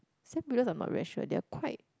Sam Willows I'm not very sure they are quite